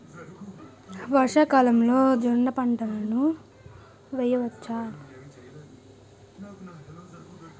వర్షాకాలంలో జోన్న పంటను వేయవచ్చా?